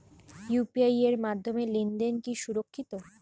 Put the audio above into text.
UPI এর মাধ্যমে লেনদেন কি সুরক্ষিত?